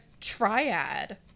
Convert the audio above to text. triad